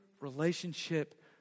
relationship